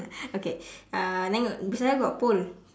okay uh then got beside her got pole